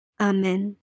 Amen